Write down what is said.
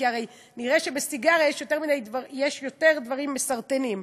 כי הרי נראה שבסיגריה יש יותר דברים מסרטנים,